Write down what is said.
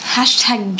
Hashtag